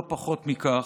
לא פחות מכך,